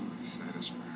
satisfied